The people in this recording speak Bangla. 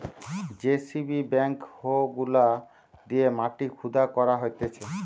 যেসিবি ব্যাক হো গুলা দিয়ে মাটি খুদা করা হতিছে